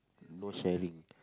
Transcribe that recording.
no sharing